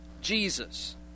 Jesus